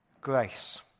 grace